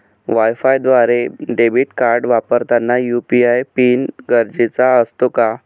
वायफायद्वारे debit card वापरताना UPI pin गरजेचा असतो का?